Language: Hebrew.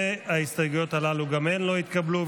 וההסתייגויות הללו גם הן לא התקבלו.